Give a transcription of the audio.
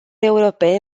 europeni